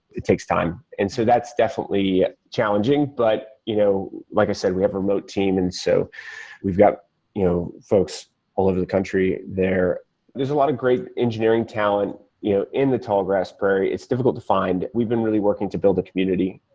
it takes time. and so that's definitely challenging, but you know like i said, we have a remote team and so we've got you folks all of the country there there's a lot of great engineering talent you know in the tall grass prairie. it's difficult to find. we've been really working to build the community.